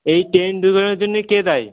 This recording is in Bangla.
এই ট্রেন দুর্ঘটনার জন্যে কে দায়ী